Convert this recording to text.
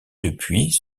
depuis